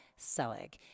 Selig